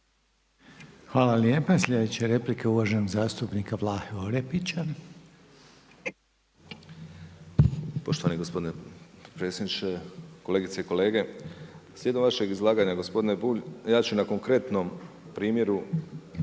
Hvala lijepa. Sljedeća replika je uvaženog zastupnika Vlahe Orepića. **Orepić, Vlaho (MOST)** Poštovani gospodine potpredsjedniče, kolegice i kolege. Slijedom vašeg izlaganja gospodine Bulj ja ću na konkretnom primjeru